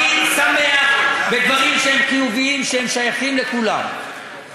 אני שמח בדברים שהם חיוביים שהם שייכים לכולם,